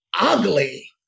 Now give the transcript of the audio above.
ugly